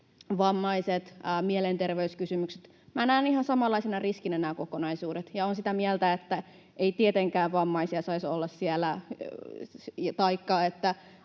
vammaiset ja mielenterveyskysymykset. Näen ihan samanlaisena riskinä nämä kokonaisuudet, ja olen sitä mieltä, että ei tietenkään vammaisia saisi olla siellä taikka